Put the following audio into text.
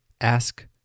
Ask